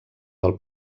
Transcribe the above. del